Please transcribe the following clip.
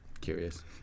Curious